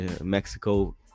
Mexico